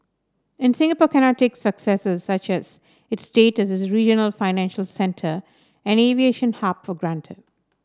and Singapore cannot take successes such as its state as a regional financial centre and aviation hub for granted